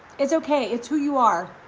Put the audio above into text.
it's okay. it's who you are.